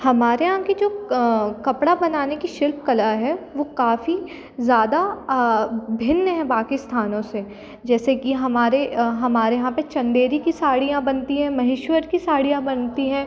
हमारे यहाँ की जो कपड़ा बनाने की शिल्पकला है वो काफ़ी ज़्यादा भिन्न है बाक़ी स्थानों से जैसे कि हमारे हमारे यहाँ पर चंदेरी की साड़ियाँ बनती हैं महेश्वर की साड़ियाँ बनती हैं